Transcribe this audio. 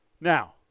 Now